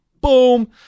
boom